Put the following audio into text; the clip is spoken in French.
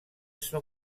son